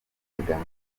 kagame